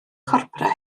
corpora